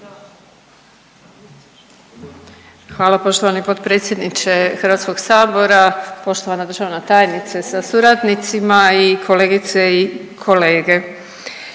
Hvala poštovani potpredsjedniče Hrvatskog sabora. Poštovana državna tajnice sa suradnicima i kolegice i kolege,